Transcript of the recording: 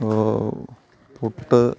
puttu